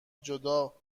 جدا